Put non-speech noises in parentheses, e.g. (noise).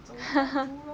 (laughs)